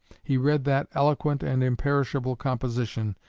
he read that eloquent and imperishable composition,